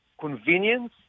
convenience